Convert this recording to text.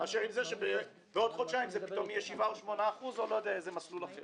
מאשר עם זה שבעוד חודשיים זה פתאום יהיה 7% או 8% או איזה מסלול אחר.